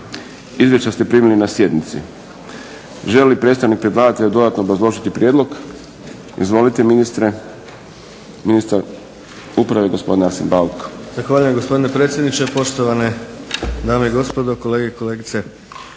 Izvješća ste primili na sjednici. Želi li predstavnik predlagatelja dodatno obrazložiti prijedlog? Izvolite ministre. Ministar uprave gospodin Arsen Bauk.